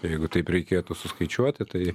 jeigu taip reikėtų suskaičiuoti tai